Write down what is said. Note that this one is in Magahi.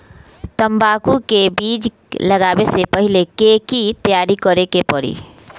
तंबाकू के बीज के लगाबे से पहिले के की तैयारी करे के परी?